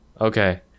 okay